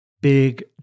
Big